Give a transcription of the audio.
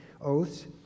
oaths